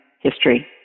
history